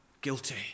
guilty